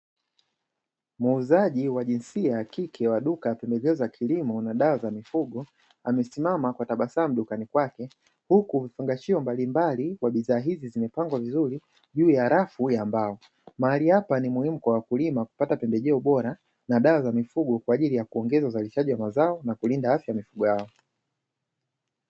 Muuzaji wa jinsia ya kike wa duka la pembejeo za kilimo na dawa za mifugo, amesimama kwa tabasamu dukani kwake, huku vifungashio mbalimbali kwa bidhaa hizi zimepangwa vizuri juu ya rafu ya mbao. Mahali hapa ni muhimu kwa wakulima kupata pembejeo bora na dawa za mifugo, kwa ajili ya kuongeza uzalishaji wa mazao na kulinda afya ya mifugo yao.